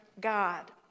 God